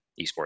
esports